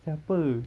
siapa